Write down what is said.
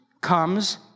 comes